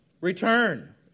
Return